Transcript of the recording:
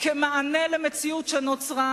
כמענה למציאות שנוצרה,